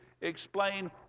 explain